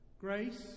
Grace